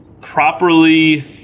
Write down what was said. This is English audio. properly